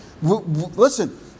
Listen